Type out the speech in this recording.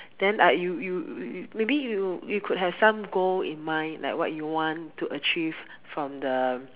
then uh you you maybe you you could have some goal in mind like what you want to achieve from the